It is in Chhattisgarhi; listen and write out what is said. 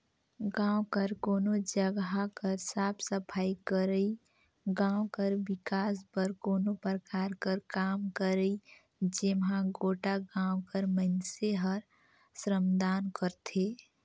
गाँव कर कोनो जगहा कर साफ सफई करई, गाँव कर बिकास बर कोनो परकार कर काम करई जेम्हां गोटा गाँव कर मइनसे हर श्रमदान करथे